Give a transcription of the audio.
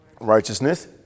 righteousness